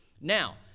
Now